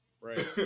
Right